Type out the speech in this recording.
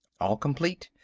all complete,